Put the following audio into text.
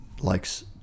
likes